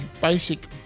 basic